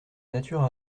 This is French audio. nature